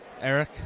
Eric